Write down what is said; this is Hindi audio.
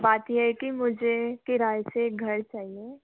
बात यह है कि मुझे किराए से एक घर चाहिए